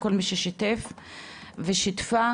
כל מי ששיתף ושיתפה.